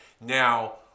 Now